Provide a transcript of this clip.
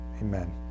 Amen